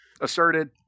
asserted